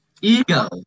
Ego